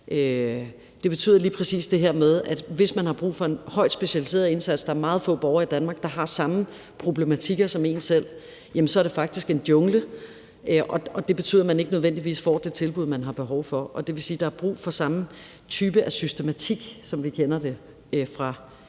det betyder lige præcis det her med, at hvis man har brug for en højtspecialiseret indsats og der er meget få borgere i Danmark, der har samme problematikker som en selv, er det faktisk en jungle. Det betyder, at man ikke nødvendigvis får det tilbud, man har behov for, og det vil sige, at der er brug for samme type af systematik, som vi kender det fra